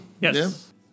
Yes